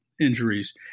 injuries